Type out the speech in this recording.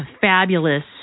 fabulous